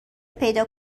پیدا